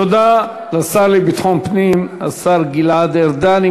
תודה לשר לביטחון פנים, השר גלעד ארדן.